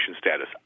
status